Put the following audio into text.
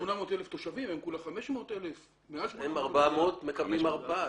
אנחנו מעל 800,000 תושבים והם 500,000. הם 400,000 ומקבלים ארבעה.